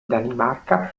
danimarca